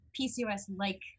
PCOS-like